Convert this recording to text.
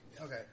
Okay